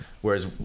whereas